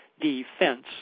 Defense